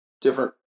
different